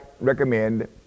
recommend